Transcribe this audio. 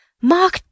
Mark